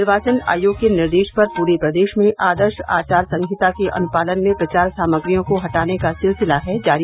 निर्वाचन आयोग के निर्देश पर पूरे प्रदेश में आदर्श आचार संहिता के अनुपालन में प्रचार सामग्रियों को हटाने का सिलसिला है जारी